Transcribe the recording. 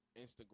Instagram